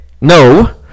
No